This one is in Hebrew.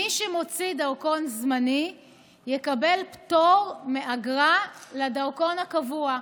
מי שמוציא דרכון זמני יקבל פטור מאגרה לדרכון הקבוע,